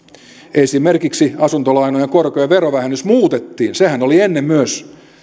esimerkiksi asuntolainojen korkojen verovähennys muutettiin sehän oli ennen myös